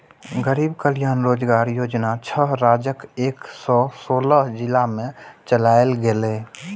गरीब कल्याण रोजगार योजना छह राज्यक एक सय सोलह जिला मे चलायल गेलै